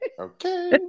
Okay